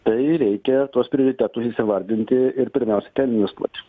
tai reikia tuos prioritetus įsivardinti ir pirmiausia ten investuot